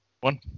One